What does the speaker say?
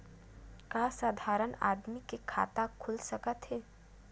का साधारण आदमी के खाता खुल सकत हे?